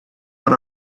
what